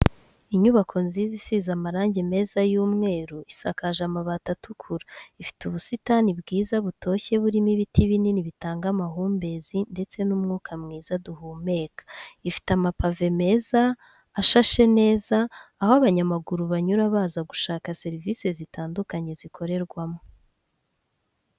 Inyubako nziza isize amarangi meza y'umweru, isakaje amabati atukura, ifite ubusitani bwiza butoshye burimo ibiti binini bitanga amahumbezi ndetse n'umwuka mwiza duhumeka. Ifite amapave meza ashashe neza, aho abanyamaguru banyura baza gushaka serivisi zitandukanye zikorerwamo.